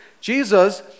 Jesus